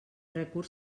recurs